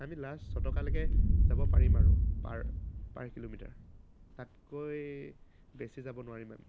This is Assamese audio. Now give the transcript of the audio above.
আমি লাষ্ট ছয় টকালৈকে যাব পাৰিম আৰু পাৰ পাৰ কিলোমিটাৰ তাতকৈ বেছি যাব নোৱাৰিম আমি